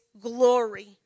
glory